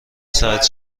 ساعت